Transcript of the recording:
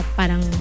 parang